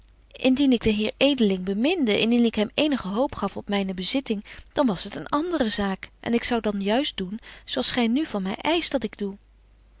indien ik den heer edeling beminde indien ik hem eenige hoop gaf op myne bezitting dan was het een andere zaak en ik zou dan juist doen zo als gy nu van my eischt dat ik doe